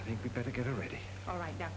think we better get ready all right now